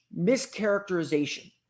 mischaracterization